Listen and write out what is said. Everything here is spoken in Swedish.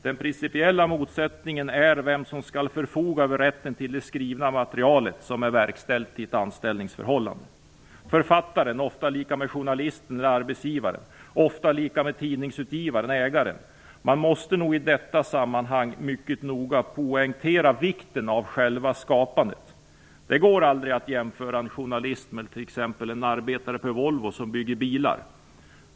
Den principiella motsättningen gäller vem som skall förfoga över rätten till det skrivna material som är verkställt i ett anställnigsförhållande: författaren, ofta lika med journalisten, eller arbetsgivaren, ofta lika med tidningsutgivaren, ägaren. Man måste i detta sammanhang mycket noga poängtera vikten av själva skapandet. Det går aldrig att jämföra en journalist med t.ex. en arbetare på Volvo som bygger bilar.